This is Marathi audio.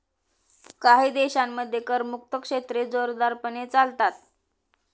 काही देशांमध्ये करमुक्त क्षेत्रे जोरदारपणे चालतात